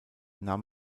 nahm